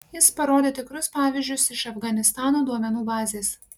jis parodė tikrus pavyzdžius iš afganistano duomenų bazės